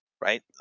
Right